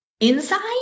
inside